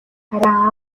харин